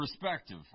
perspective